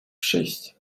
przyjść